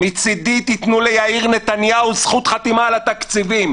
מצידי תנו ליאיר נתניהו זכות חתימה על התקציבים.